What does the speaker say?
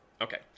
Okay